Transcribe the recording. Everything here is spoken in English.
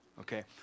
okay